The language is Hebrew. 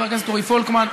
חבר הכנסת רועי פלקמן.